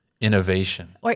Innovation